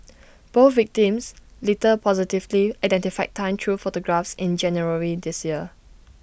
both victims later positively identified Tan through photographs in January this year